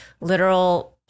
literal